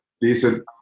Decent